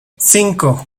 cinco